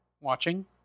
watching